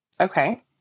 Okay